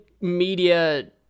media